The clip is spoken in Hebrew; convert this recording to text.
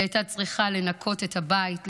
היא הייתה צריכה לנקות את הבית,